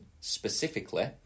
specifically